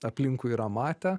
aplinkui yra matę